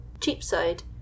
Cheapside